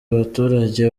abaturage